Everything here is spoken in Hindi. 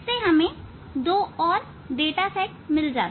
हमें दो और डाटा सेट मिल जाते हैं